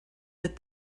that